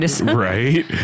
Right